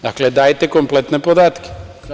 Dakle, dajte kompletne podatke.